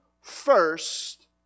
first